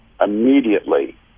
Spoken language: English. immediately